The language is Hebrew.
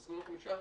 25%,